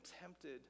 tempted